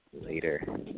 later